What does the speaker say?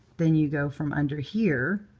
then you go from under here,